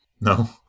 No